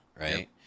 right